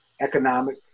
economic